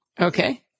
Okay